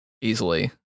Easily